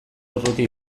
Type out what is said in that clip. urruti